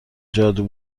جادو